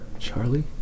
Charlie